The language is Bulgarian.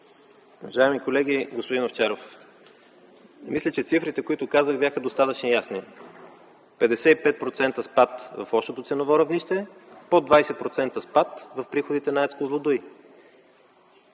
Уважаеми колеги, господин Овчаров! Мисля, че цифрите, които казах, бяха достатъчно ясни – 55% спад в общото ценово равнище, под 20% спад в приходите на АЕЦ „Козлодуй”.